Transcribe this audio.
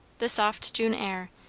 the soft june air,